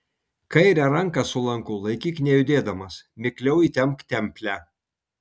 kairę ranką su lanku laikyk nejudėdamas mikliau įtempk templę